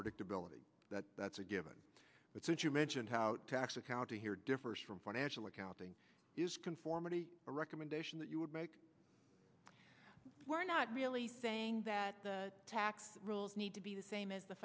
predictability that's a given but since you mentioned how tax accountant here differs from financial accounting is conformity a recommendation that you would make we're not really saying that the tax rules need to be the same as the